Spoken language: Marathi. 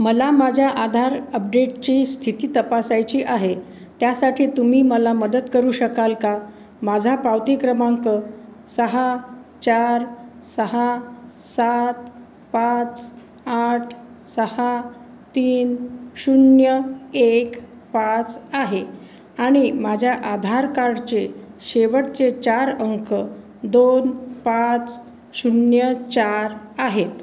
मला माझ्या आधार अपडेटची स्थिती तपासायची आहे त्यासाठी तुम्ही मला मदत करू शकाल का माझा पावती क्रमांक सहा चार सहा सात पाच आठ सहा तीन शून्य एक पाच आहे आणि माझ्या आधार कार्डचे शेवटचे चार अंक दोन पाच शून्य चार आहेत